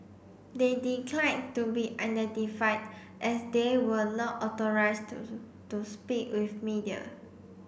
they declined to be identified as they were not authorised to speak with media